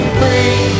free